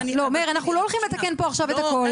מאיר, אנחנו לא הולכים לתקן פה עכשיו הכול.